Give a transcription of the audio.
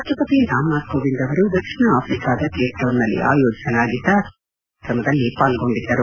ರಾಪ್ಟಸತಿ ರಾಮ್ನಾಥ್ ಕೋವಿಂದ್ ಅವರು ದಕ್ಷಿಣ ಆಫ್ರಿಕಾದ ಕೇಪ್ ಟೌನ್ನಲ್ಲಿ ಆಯೋಜಿಸಲಾಗಿದ್ದ ಸಮುದಾಯ ಸ್ವಾಗತ ಕಾರ್ಯಕ್ರಮದಲ್ಲಿ ಪಾಲ್ಗೊಂಡಿದ್ದರು